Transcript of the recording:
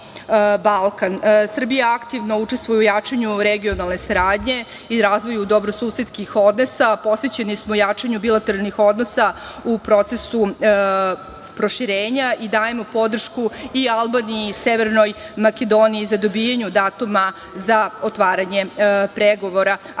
Balkan. Srbija aktivno učestvuje u jačanju regionalne saradnje i razvoju dobrosusedskih odnosa. Posvećeni smo jačanju bilateralnih odnosa u procesu proširenja i dajemo podršku i Albaniji i Severnoj Makedoniji za dobijanje datuma za otvaranje pregovora. Aktivni